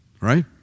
right